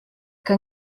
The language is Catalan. que